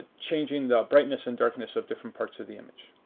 changing the brightness and darkness of different parts of the image.